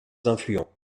influents